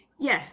yes